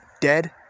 dead